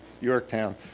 Yorktown